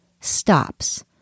stops